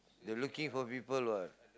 they are looking for people what